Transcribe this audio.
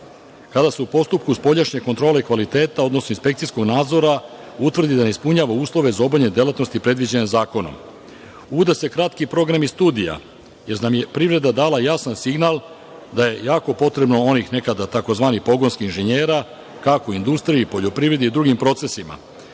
kada se u postupku spoljašnje kontrole i kvaliteta, odnosno inspekcijskog nadzora utvrdi da ne ispunjava uslove za obavljanje delatnosti predviđene zakonom. Uvode se kratki programi studija, jer nam je privreda dala jasan signal da je jako potrebno, onih nekada, tzv. pogonskih inžinjera, kako industriji, poljoprivredi, drugim procesima.